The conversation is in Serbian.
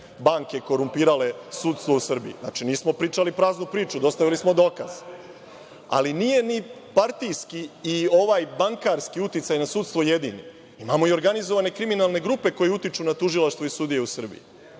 banke korumpirale sudstvo u Srbiji. Nismo pričali praznu priču. Dostavili smo dokaz. Nije mi partijski i ovaj bankarski uticaj na sudstvo jedini. Imamo i organizovane kriminalne grupe koje utiču na Tužilaštvo i sudije u Srbiji. Evo